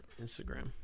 Instagram